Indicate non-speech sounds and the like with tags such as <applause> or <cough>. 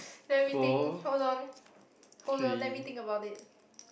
let me think hold on <breath> hold on let me think about it